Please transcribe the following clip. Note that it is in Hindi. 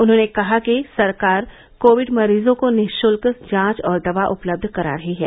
उन्होंने कहा कि सरकार कोविड मरीजों को निशुल्क जांच और दवा उपलब्ध करा रही है